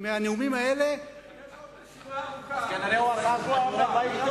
מהנאומים האלה, יש עוד רשימה ארוכה.